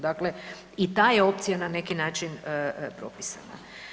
Dakle i ta je opcija na neki način propisana.